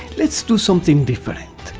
let's do something different,